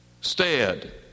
stead